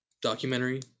documentary